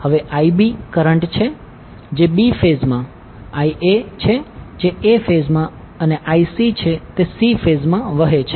હવે Ib current છે જે b ફેઝમાં Ia છે જે a ફેઝમાં અને Ic છે તે c ફેઝમાં વહે છે